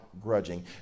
grudging